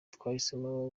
twahisemo